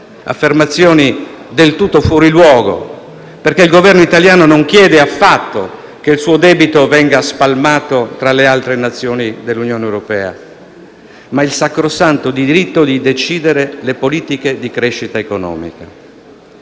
affermazioni del tutto fuori luogo, perché il Governo italiano non chiede affatto che il suo debito venga spalmato tra le altre nazioni dell'Unione europea, ma il sacrosanto diritto di decidere le politiche di crescita economica.